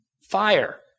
Fire